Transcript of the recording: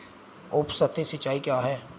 उपसतही सिंचाई क्या है?